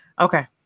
Okay